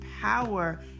power